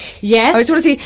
yes